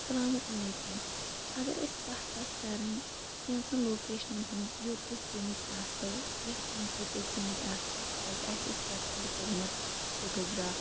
اسَلامُ علیکُم اَگَر اَسہِ کَتھ آسہِ کَرٕنۍ کینٛہہ ژَن لوکیشنَن ہٕنٛز یوٚت أسۍ گٔمٕتۍ آسَو یَتھ أنٛدۍ پٔکۍ أسۍ گٔمٕتۍ آسَو تَتہِ آسہِ اَسہِ کیٚپچَر کوٚرمُت فوٹوگراف